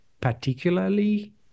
particularly